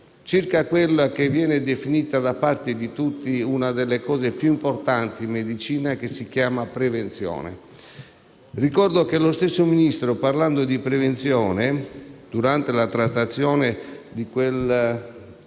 a quello che viene definito da parte di tutti uno dei fattori più importanti in medicina, e cioè la prevenzione. Ricordo che lo stesso Ministro, parlando di prevenzione durante la trattazione